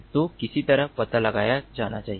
तो किसी तरह पता लगाया जाना चाहिए